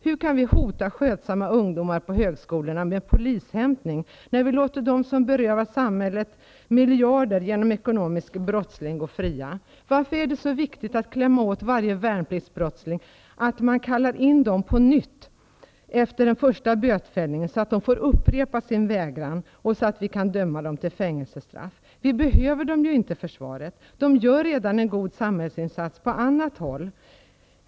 Hur kan vi hota skötsamma ungdomar på högskolorna med polishämtning, när vi låter dem som berövar samhället miljarder genom ekonomisk brottslighet gå fria? Varför är det så viktigt att klämma åt varje värnpliktsbrottsling att man kallar in dem på nytt efter den första bötfällningen, så att de får upprepa sin vägra och så att vi kan döma dem till fängelsestraff? Vi behöver dem ju inte i försvaret. De gör redan en god samhällsinsats på annat håll.